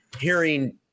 hearing